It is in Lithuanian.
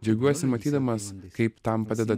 džiaugiuosi matydamas kaip tam padeda